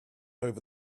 over